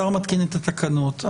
השר מתקין את התקנות.